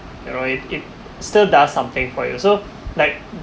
you know it it still does something for you so like